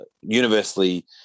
universally